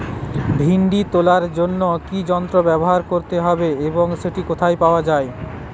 ভিন্ডি তোলার জন্য কি যন্ত্র ব্যবহার করতে হবে এবং সেটি কোথায় পাওয়া যায়?